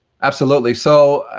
absolutely. so,